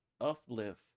uplift